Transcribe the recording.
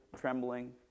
trembling